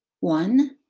One